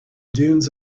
dunes